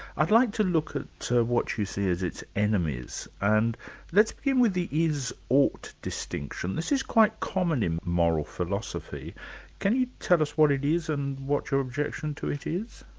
i'd like to look at what you see as its enemies. and let's begin with the is, ought distinction. this is quite common in moral philosophy can you tell us what it is and what your objection to it is?